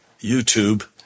YouTube